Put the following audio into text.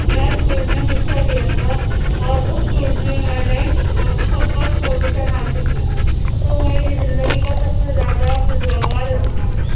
math quiz میں حصہ لیا تھا اور اس کوئز میں میں نے فرسٹ پوزیشن حاصل کی تھی تو میری زندگی کا سب سے زیادہ خوشگوار لمحہ ہے